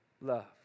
love